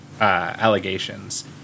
allegations